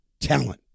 talent